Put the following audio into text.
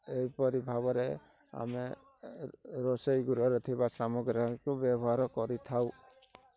ଏହିପରି ଭାବରେ ଆମେ ରୋଷେଇ ଗୃହରେ ଥିବା ସାମଗ୍ରୀକୁ ବ୍ୟବହାର କରିଥାଉ